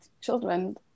children